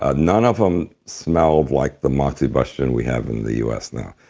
ah none of them smelled like the moxibustion we have in the us though.